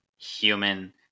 Human